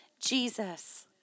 Jesus